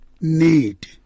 need